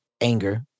anger